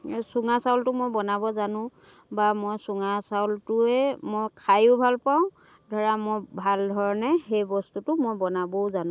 চুঙা চাউলটো মই বনাব জানো বা মই চুঙা চাউলটোৱে মই খাইও ভাল পাওঁ ধৰা মই ভালধৰণে সেই বস্তুটো মই বনাবও জানো